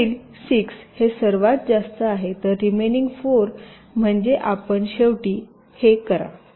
तर पुढील 6 हे सर्वात जास्त आहे तर रिमेनिंग4 म्हणजे आपण शेवटी हे करा